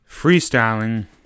freestyling